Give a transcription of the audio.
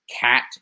Cat